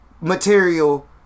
material